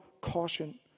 caution